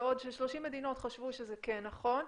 בעוד ש-30 מדינות חשבו שזה כן נכון,